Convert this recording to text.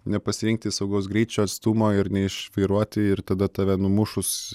nepasirinkti saugaus greičio atstumo ir neišvairuoti ir tada tave numušus